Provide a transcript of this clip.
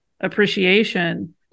appreciation